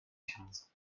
quinze